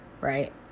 right